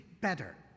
better